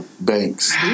banks